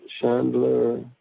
Chandler